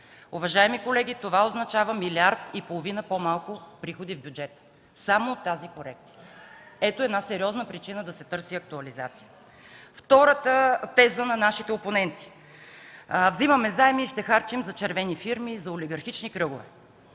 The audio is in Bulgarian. Уважаеми колеги, това означава милиард и половина по-малко приходи в бюджета само от тази корекция. Ето една сериозна причина да се търси актуализацията. Втората теза на нашите опоненти – вземаме заем и ще харчим за червени фирми, за олигархични кръгове.